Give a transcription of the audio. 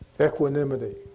equanimity